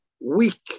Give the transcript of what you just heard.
weak